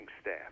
staff